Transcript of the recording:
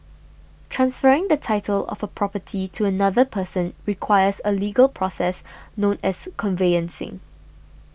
transferring the title of a property to another person requires a legal process known as conveyancing